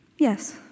Yes